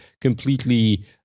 completely